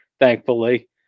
thankfully